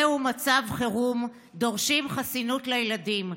זהו מצב חירום, דורשים חסינות לילדים.